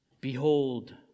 Behold